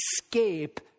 escape